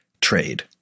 trade